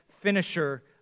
finisher